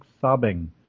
sobbing